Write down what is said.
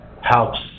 helps